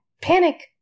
panic